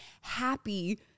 happy